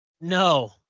No